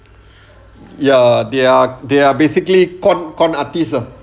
ya they are they are basically con con artist lah